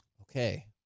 Okay